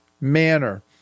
manner